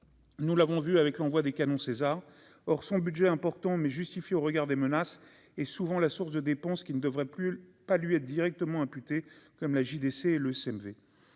nous l'avons vu avec l'envoi des canons Caesar, or son budget important mais justifie au regard des menaces et souvent la source de dépenses qui ne devrait plus le palu directement imputés comme la JDC le CMV